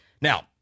now